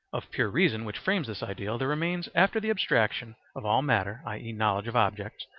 of pure reason which frames this ideal, there remains after the abstraction of all matter, i e, knowledge of objects,